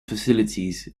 facilities